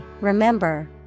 remember